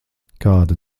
kāda